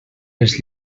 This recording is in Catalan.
les